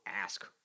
ask